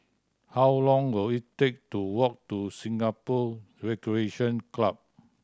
how long will it take to walk to Singapore Recreation Club